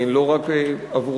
לא רק עבורך,